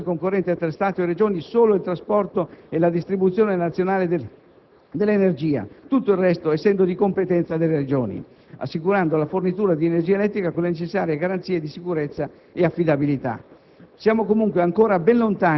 (per cui sono materia di legislazione concorrente tra Stato e Regioni solo il trasporto e la distribuzione nazionale dell'energia, tutto il resto essendo di competenza delle Regioni), assicurando la fornitura di energia elettrica con le necessarie garanzie di sicurezza e affidabilità.